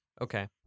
Okay